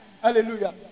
Hallelujah